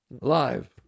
Live